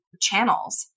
channels